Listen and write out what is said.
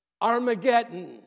Armageddon